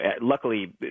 luckily